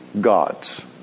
gods